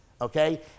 Okay